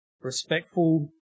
respectful